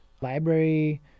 library